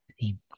theme